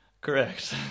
Correct